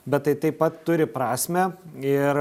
bet tai taip pat turi prasmę ir